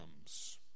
comes